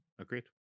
Agreed